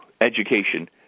education